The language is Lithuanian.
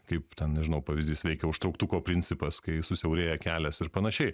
kaip ten nežinau pavyzdys veikia užtrauktuko principas kai susiaurėja kelias ir panašiai